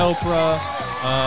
Oprah